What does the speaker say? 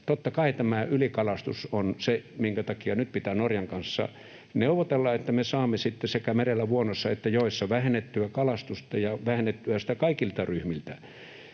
Totta kai tämä ylikalastus on se, minkä takia nyt pitää Norjan kanssa neuvotella, että me saamme sitten sekä merellä, vuonoissa että joissa vähennettyä kalastusta ja vähennettyä sitä kaikilta ryhmiltä,